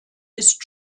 ist